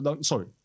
sorry